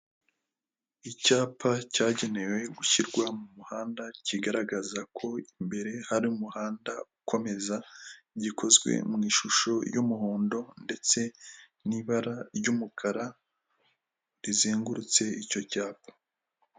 Icyapa cyagenewe gushyirwa mu muhanda kigaragaza ko imbere hari umuhanda ukomeza gikozwe mu ishusho y'umuhondo ndetse n'ibara ry'umukara rizengurutse icyo cyapa.